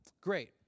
Great